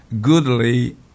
goodly